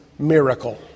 miracle